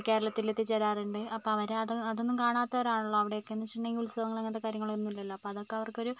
കേരളത്തിലെത്തി ചേരാറുണ്ട് അപ്പോൾ അവരത് അതൊന്നും കാണാത്തവരാണല്ലോ അവിടെയൊക്കെ എന്നു വെച്ചിട്ടിണ്ടെങ്കിൽ ഉത്സവങ്ങൾ അങ്ങനത്തെ കാര്യങ്ങളൊന്നുല്ലല്ലോ അപ്പോൾ അതൊക്കെ അവർക്കൊരു